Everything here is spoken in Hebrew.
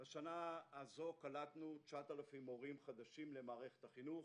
בשנה הזאת קלטנו 9,000 מורים חדשים למערכת החינוך.